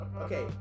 okay